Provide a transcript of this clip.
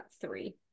three